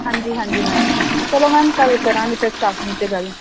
ਹਾਂਜੀ ਹਾਂਜੀ ਮੈਮ ਚਲੋ ਮੈਮ ਕੱਲ੍ਹ ਕਰਾਂਗੇ ਫਿਰ ਸਟਾਰਟਿੰਗ 'ਚ ਗੱਲ